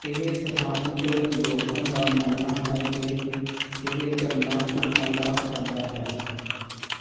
ਇਹ ਸਥਾਨਕ ਲੋਕਾਂ ਦਾ ਮੰਨਣਾ ਹੈ ਕਿ ਇਹ ਝਰਨਾ ਭੂਤਾਂ ਦਾ ਅੱਡਾ ਹੈ